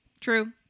True